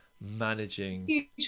managing